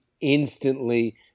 instantly